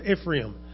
Ephraim